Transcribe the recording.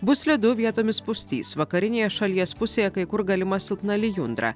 bus slidu vietomis pustys vakarinėje šalies pusėje kai kur galima silpna lijundra